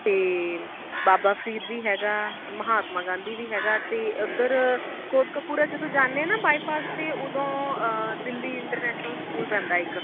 ਅਤੇ ਬਾਬਾ ਫਰੀਦ ਵੀ ਹੈਗਾ ਮਹਾਤਮਾ ਗਾਂਧੀ ਵੀ ਹੈਗਾ ਅਤੇ ਉੱਧਰ ਕੋਟਕਪੂਰਾ ਜਦੋਂ ਜਾਂਦੇ ਆ ਨਾ ਬਾਈਪਾਸ ਅਤੇ ਉਦੋਂ ਦਿੱਲੀ ਇੰਟਰਨੈਸ਼ਨਲ ਸਕੂਲ ਪੈਂਦਾ ਇੱਕ